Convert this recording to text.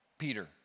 Peter